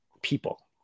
People